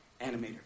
animator